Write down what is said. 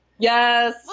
yes